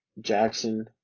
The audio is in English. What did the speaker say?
Jackson